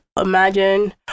imagine